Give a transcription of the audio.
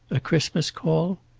a christmas call?